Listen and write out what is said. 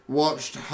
watched